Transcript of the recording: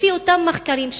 לפי אותם מחקרים,